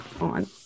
on